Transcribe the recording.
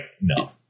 no